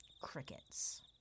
Crickets